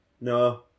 no